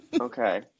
Okay